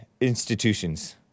institutions